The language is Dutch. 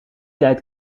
tijd